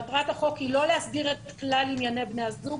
מטרת החוק היא לא להסדיר את כלל ענייני בני הזוג.